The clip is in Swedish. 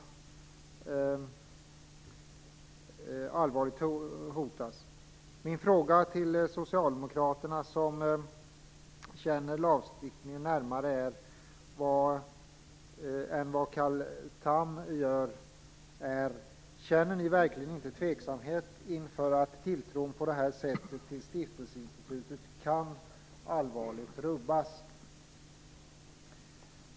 Min fråga till de socialdemokrater som känner lagstiftningen närmare än Carl Tham gör är: Känner ni verkligen inte tveksamhet inför att tilltron till stiftelseinstitutet på detta sätt kan allvarligt rubbas?